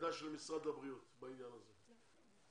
העמדה של משרד הבריאות בעניין הזה,